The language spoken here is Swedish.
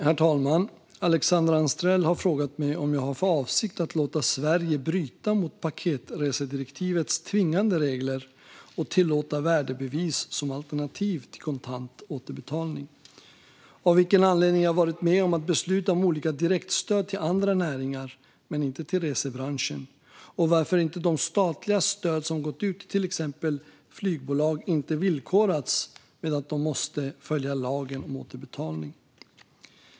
Herr talman! Alexandra Anstrell har frågat mig om jag har för avsikt att låta Sverige bryta mot paketresedirektivets tvingande regler och tillåta värdebevis som alternativ till kontant återbetalning, av vilken anledning jag har varit med om att besluta om olika direktstöd till andra näringar men inte till resebranschen och varför de statliga stöd som gått ut till exempelvis flygbolag inte villkorats med att de måste följa lagen om återbetalning.